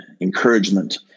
encouragement